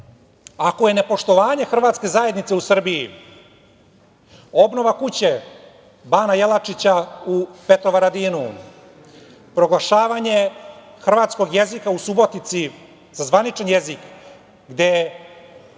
ako je nepoštovanje hrvatske zajednice u Srbiji obnova kuće Bana Jelačića u Petrovaradinu, proglašavanje hrvatskog jezika u Subotici za zvaničan jezik gde